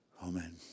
Amen